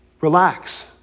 relax